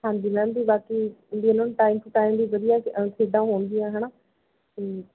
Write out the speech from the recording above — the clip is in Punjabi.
ਹਾਂਜੀ ਮੈਮ ਜੀ ਬਾਕੀ ਜੇ ਉਹਨਾਂ ਨੂੰ ਟਾਈਮ ਟੂ ਟਾਈਮ ਵੀ ਵਧੀਆ ਖੇਡਾਂ ਹੋਣਗੀਆਂ ਹੈ ਨਾ ਤਾਂ